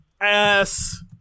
ass